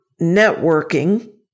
networking